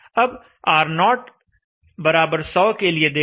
अब R0100 के लिए देखें